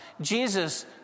Jesus